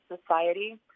society